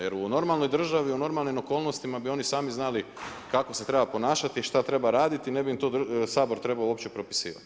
Jer u normalnoj državi u normalnim okolnostima bi oni sami znali kako se treba ponašat, šta treba raditi, ne bi im Sabor trebao uopće propisivat.